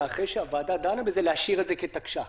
אחרי שהוועדה דנה בזה להשאיר את זה כתקש"ח.